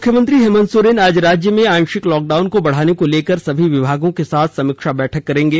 मुख्यमंत्री हेमंत सोरेन आज राज्य में आंशिक लॉकडाउन को बढ़ाने को लेकर सभी विभागों के साथ समीक्षा बैठक करेंगे